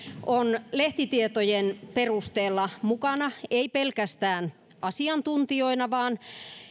on lehtitietojen perusteella mukana ei pelkästään asiantuntijoina vaan